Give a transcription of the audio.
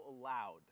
allowed